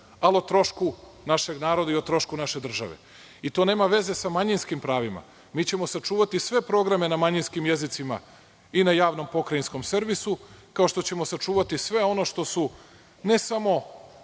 Ali o trošku našeg naroda i o trošku naše države. I to nema veze sa manjinskim pravima. Mi ćemo sačuvati sve programe na manjinskim jezicima i na javnom pokrajinskom servisu, kao što ćemo sačuvati sve ono što su ne samo